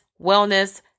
wellness